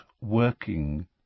working